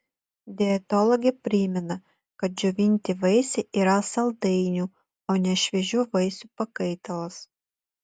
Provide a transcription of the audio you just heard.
dietologė primena kad džiovinti vaisiai yra saldainių o ne šviežių vaisių pakaitalas